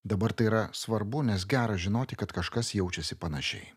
dabar tai yra svarbu nes gera žinoti kad kažkas jaučiasi panašiai